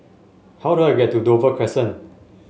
how do I get to Dover Crescent